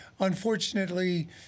Unfortunately